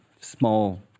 small